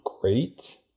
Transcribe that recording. great